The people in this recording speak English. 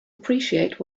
appreciate